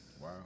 Wow